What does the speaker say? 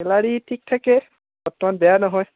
salary ঠিক থাকে বৰ্তমান বেয়া নহয়